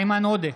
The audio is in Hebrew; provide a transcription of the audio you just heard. איימן עודה,